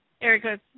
Erica